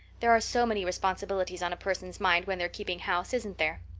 there are so many responsibilities on a person's mind when they're keeping house, isn't there?